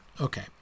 Okay